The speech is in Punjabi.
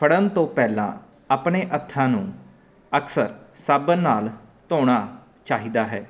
ਫੜਨ ਤੋਂ ਪਹਿਲਾਂ ਆਪਣੇ ਹੱਥਾਂ ਨੂੰ ਅਕਸਰ ਸਾਬਣ ਨਾਲ ਧੋਣਾ ਚਾਹੀਦਾ ਹੈ